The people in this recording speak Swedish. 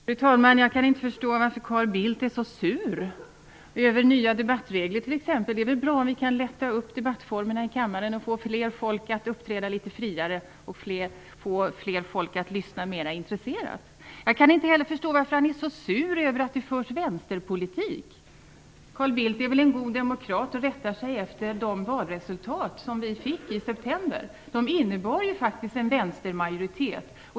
Fru talman! Jag kan inte förstå varför Carl Bildt är så sur över t.ex. nya debattregler. Det är väl bra om vi kan lätta upp debattformerna i kammaren för att få fler att uppträda litet friare och för att få fler att lyssna mer intresserat. Jag kan inte heller förstå varför han är så sur över att det förs vänsterpolitik. Carl Bildt är väl en god demokrat och rättar sig efter valresultatet i september. Det innebär ju faktiskt en vänstermajoritet.